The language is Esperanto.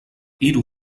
iru